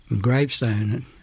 gravestone